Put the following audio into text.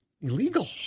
illegal